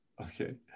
Okay